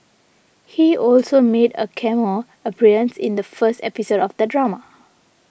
he also made a cameo appearance in the first episode of the drama